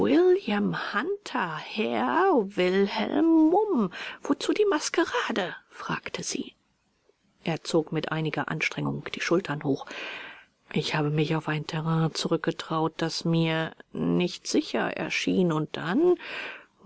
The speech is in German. william hunter herr wilhelm mumm wozu die maskerade fragte sie er zog mit einiger anstrengung die schultern hoch ich habe mich auf ein terrain zurückgetraut das mir nicht sicher erschien und dann